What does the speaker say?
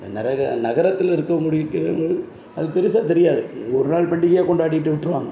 அந்த நரக நகரத்தில் இருக்கவங்களுடைய அது பெருசாக தெரியாது ஒரு நாள் பண்டிகையாக கொண்டாடிட்டு விட்டிருவாங்க